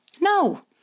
No